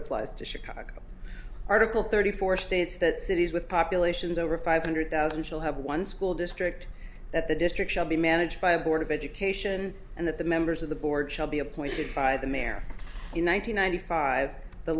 applies to chicago article thirty four states that cities with populations over five hundred thousand szell have one school district that the district shall be managed by a board of education and that the members of the board shall be appointed by the mayor in one thousand nine hundred five the